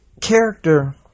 character